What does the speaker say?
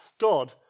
God